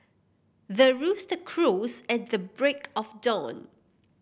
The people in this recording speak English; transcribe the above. the rooster crows at the break of dawn